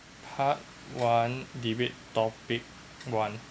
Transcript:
part one debate topic one